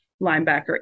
linebacker